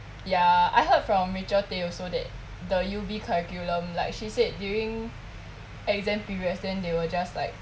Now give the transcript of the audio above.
ya I heard from rachel tay also that the U_B curriculum like she said during exam periods then they will just like